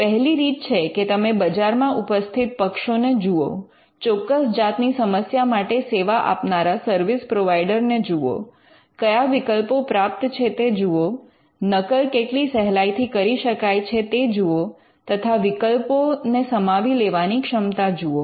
પહેલી રીત છે કે તમે બજારમાં ઉપસ્થિત પક્ષોને જુઓ ચોક્કસ જાત ની સમસ્યા માટે સેવા આપનારા સર્વિસ પ્રોવાઇડર ને જુઓ કયા વિકલ્પો પ્રાપ્ત છે તે જુઓ નકલ કેટલી સહેલાઈથી કરી શકાય છે તે જુઓ તથા વિકલ્પોને સમાવી લેવાની ક્ષમતા જુઓ